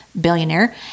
billionaire